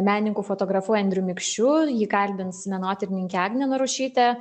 menininku fotografu endriu mikšiu jį kalbins menotyrininkė agnė narušytė